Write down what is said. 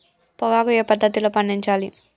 పొగాకు ఏ పద్ధతిలో పండించాలి?